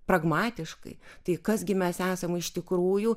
pragmatiškai tai kas gi mes esam iš tikrųjų